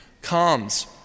comes